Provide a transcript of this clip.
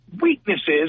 weaknesses